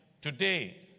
today